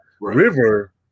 River